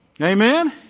Amen